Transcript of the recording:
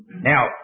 Now